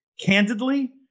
candidly